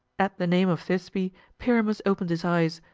at the name of thisbe pyramus opened his eyes,